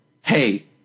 hey